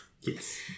Yes